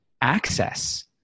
access